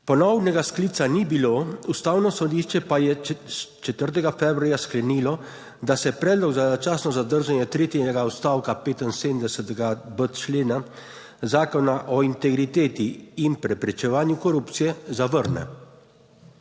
Ponovnega sklica ni bilo, Ustavno sodišče pa je 4. februarja sklenilo, da se predlog za začasno zadržanje tretjega odstavka 75.b člena Zakona o integriteti in preprečevanju korupcije zavrne.